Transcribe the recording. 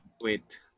wait